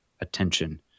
attention